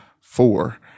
four